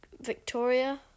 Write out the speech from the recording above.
Victoria